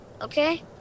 Okay